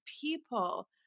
people